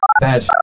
bad